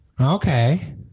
Okay